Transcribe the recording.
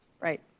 Right